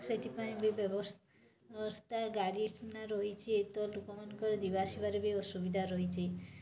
ସେଇଥିପାଇଁ ବି ବ୍ୟବସ୍ଥା ବ୍ୟବସ୍ଥା ଗାଡ଼ି ସିନା ରହିଛି ଏଇତ ଲୋକମାନଙ୍କର ବି ଯିବା ଆସିବାରେ ବି ଅସୁବିଧା ରହିଛି